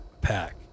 pack